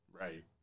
Right